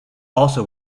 also